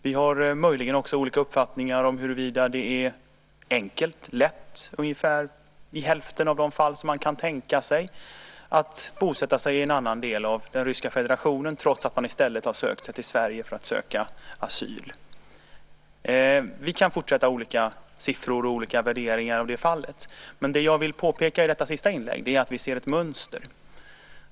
Vi har möjligen också olika uppfattningar om huruvida det är enkelt och lätt i ungefär hälften av de fall som man kan tänka sig att bosätta sig i en annan del av den ryska federationen trots att man i stället har sökt sig till Sverige för att söka asyl. Vi kan fortsätta med olika siffror och olika värderingar. Det jag vill påpeka i detta sista inlägg är att vi ser ett mönster.